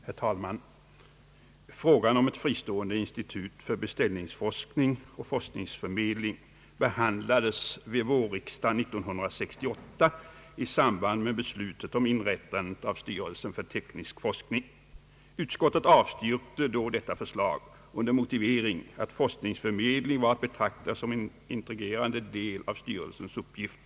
Herr talman! Frågan om ett fristående institut för beställningsforskning och forskningsförmedling behandlades vid vårriksdagen 1968 i samband med beslutet om inrättande av styrelsen för teknisk forskning. Utskottet avstyrkte då detta förslag under motivering att forskningsförmedling var att betrakta som en integrerad del av styrelsens uppgift.